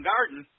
Garden